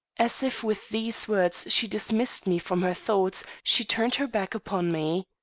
as if with these words she dismissed me from her thoughts, she turned her back upon me.